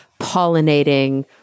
pollinating